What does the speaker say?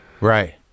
Right